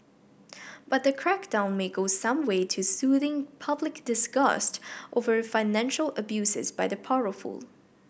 but the crackdown may go some way to soothing public disgust over financial abuses by the powerful